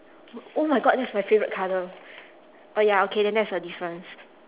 oh my god that's my favourite colour oh ya okay then that's a difference